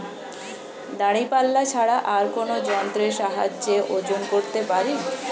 দাঁড়িপাল্লা ছাড়া আর কোন যন্ত্রের সাহায্যে ওজন করতে পারি?